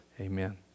Amen